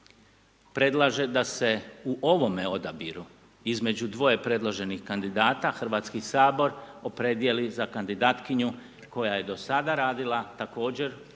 predlaže da se u ovome odabiru između dvoje predloženih kandidata Hrvatski sabor opredijeli za kandidatkinju koja je do sada radila također